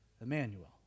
Emmanuel